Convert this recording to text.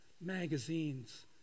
Magazines